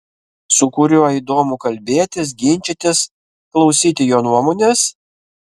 su kuriuo įdomu kalbėtis ginčytis klausyti jo nuomonės